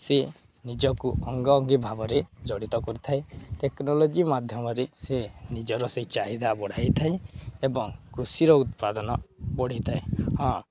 ସେ ନିଜକୁ ଅଙ୍ଗା ଅଙ୍ଗୀ ଭାବରେ ଜଡ଼ିତ କରିଥାଏ ଟେକ୍ନୋଲୋଜି ମାଧ୍ୟମରେ ସେ ନିଜର ସେ ଚାହିଦା ବଢ଼ାଇ ଥାଏ ଏବଂ କୃଷିର ଉତ୍ପାଦନ ବଢ଼ିଥାଏ ହଁ